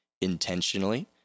intentionally